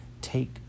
take